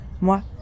moi